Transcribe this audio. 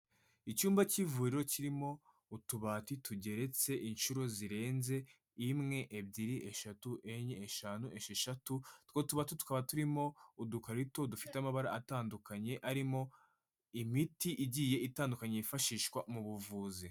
Icyumba cy'ivuriro kirimo utubati tugeretse inshuro zirenze imwe, ebyiri, eshatu, enye, eshanu, esheshatu, utwo tubati tukaba turimo udukarito dufite amabara atandukanye arimo imiti igiye itandukanye yifashishwa mu buvuzi.